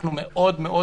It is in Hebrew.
אנחנו מאוד מאוד מחוברים.